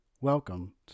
Welcome